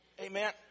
Amen